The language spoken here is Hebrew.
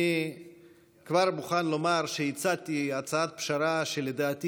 אני כבר מוכן לומר שהצעתי הצעת פשרה שלדעתי